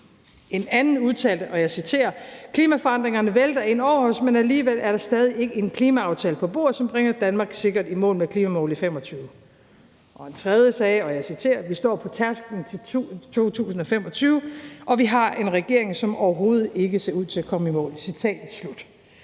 En anden udtalte: »Klimaforandringerne vælter ind over os, men alligevel er der stadig ikke en klimaaftale på bordet, som bringer Danmark sikkert i mål med klimamålet i 2025«. En tredje sagde: »Vi står på tærsklen til 2025, og vi har en regering, som overhovedet ikke ser ud til at komme i mål«. Tre citater